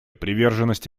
приверженность